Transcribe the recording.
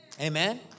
Amen